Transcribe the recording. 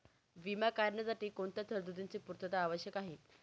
विमा काढण्यासाठी कोणत्या तरतूदींची पूर्णता आवश्यक आहे?